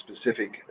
specific